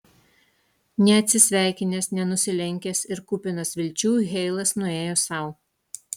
neatsisveikinęs nenusilenkęs ir kupinas vilčių heilas nuėjo sau